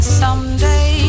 someday